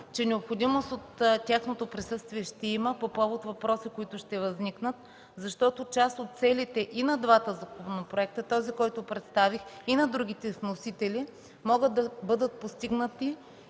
че необходимост от тяхното присъствие ще има по повод въпроси, които ще възникнат, защото част от целите и на двата законопроекта – този, който представих, и на другите вносители, могат да бъдат постигнати